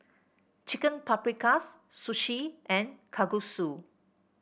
Chicken Paprikas Sushi and Kalguksu